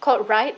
caught right